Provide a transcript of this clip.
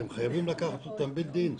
אתם חייבים לקחת אותם בדין.